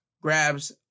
grabs